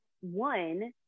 one